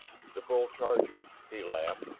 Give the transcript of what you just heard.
the bull charges, he laughed.